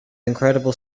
incredible